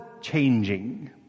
changing